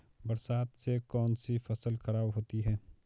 बरसात से कौन सी फसल खराब होती है?